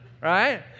right